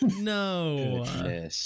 No